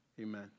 amen